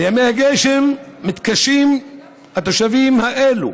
בימי הגשם מתקשים התושבים האלה